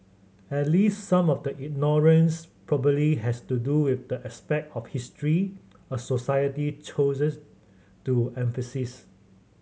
at least some of the ignorance probably has to do with the aspect of history a society chooses to emphasise